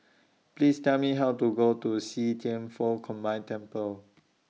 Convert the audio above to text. Please Tell Me How to Go to See Thian Foh Combined Temple